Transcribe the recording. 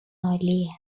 عالیه